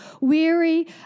weary